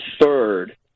third